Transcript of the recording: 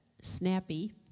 snappy